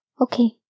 Okay